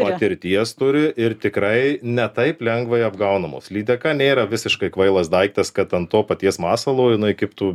patirties turi ir tikrai ne taip lengvai apgaunamos lydeka nėra visiškai kvailas daiktas kad ant to paties masalo jinai kaip tų